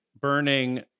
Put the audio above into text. burning